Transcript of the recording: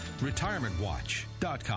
retirementwatch.com